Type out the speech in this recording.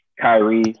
Kyrie